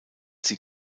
sie